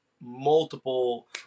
multiple